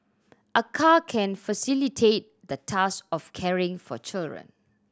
a car can facilitate the task of caring for children